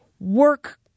work